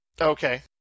Okay